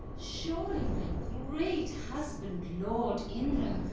surely my great husband, lord indra,